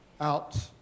out